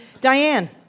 Diane